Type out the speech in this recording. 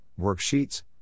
worksheets